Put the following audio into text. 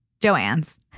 Joanne's